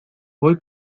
voy